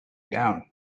down